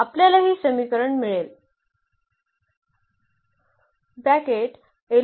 आपल्याला हे समीकरण मिळेल